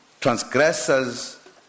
transgressors